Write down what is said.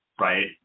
right